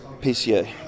PCA